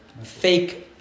fake